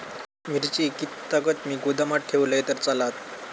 मिरची कीततागत मी गोदामात ठेवलंय तर चालात?